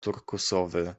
turkusowy